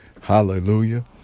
hallelujah